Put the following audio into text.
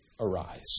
arise